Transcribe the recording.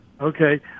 Okay